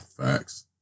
Facts